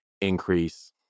increase